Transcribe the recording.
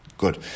Good